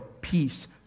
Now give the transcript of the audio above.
peace